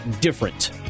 different